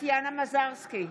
טטיאנה מזרסקי,